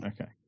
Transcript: Okay